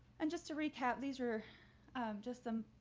and just to recap, these are just some,